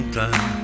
time